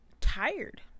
tired